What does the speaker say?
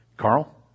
Carl